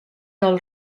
del